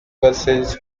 buses